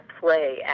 play